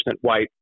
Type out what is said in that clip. white